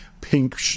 pink